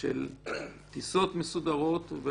של טיסות מסודרות.